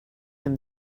them